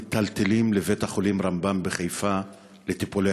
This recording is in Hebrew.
מיטלטלים לבית-החולים רמב"ם בחיפה לטיפולי